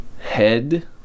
head